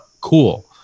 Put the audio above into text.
cool